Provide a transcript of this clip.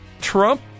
Trump